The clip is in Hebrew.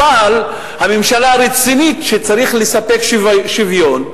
אבל הממשלה רצינית שצריך לספק שוויון,